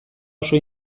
oso